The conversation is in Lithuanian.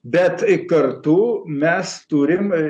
bet kartu mes turim